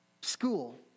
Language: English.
school